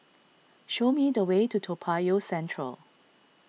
show me the way to Toa Payoh Central